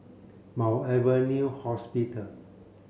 Mount Alvernia Hospital